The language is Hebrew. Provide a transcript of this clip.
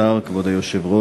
אדוני השר, כבוד היושב-ראש,